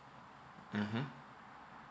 mmhmm